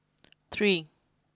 three